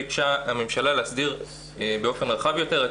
ביקשה הממשלה להסדיר באופן רחב יותר את